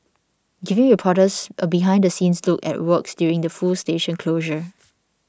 giving reporters a behind the scenes look at works during the full station closure